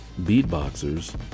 beatboxers